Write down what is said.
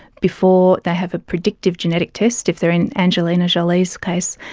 before they have a predictive genetic test, if they are in angelina jolie's case,